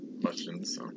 questions